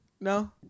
No